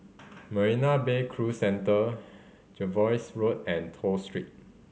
Marina Bay Cruise Centre Jervois Road and Toh Street